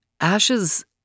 Ashes